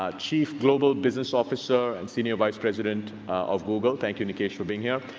ah chief global business officer and senior vice president of google. thank you, nikesh, for being here.